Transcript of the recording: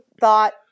thought